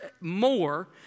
more